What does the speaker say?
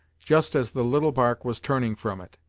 just as the little bark was turning from it,